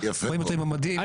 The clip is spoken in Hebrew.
רואים אותו עם המדים.